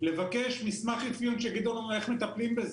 לבקש מסמך אפיון שיגיד לנו איך מטפלים בזה.